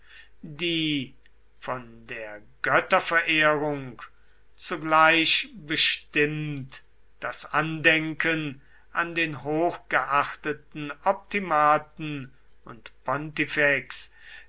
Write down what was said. die von der götterverehrung zugleich bestimmt das andenken an den hochgeachteten optimaten und